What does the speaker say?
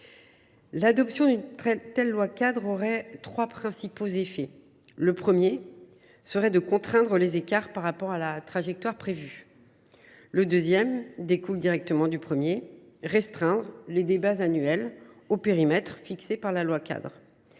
L’adoption d’une telle loi cadre aurait trois principaux effets. Le premier effet serait de contraindre les écarts par rapport à la trajectoire prévue. Le deuxième effet, qui découle du premier, serait de restreindre les débats annuels au périmètre fixé par la loi cadre.